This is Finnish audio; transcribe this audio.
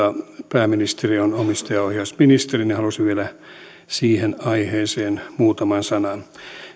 pääministeri on omistajaohjausministeri niin halusin vielä siihen aiheeseen muutaman sanan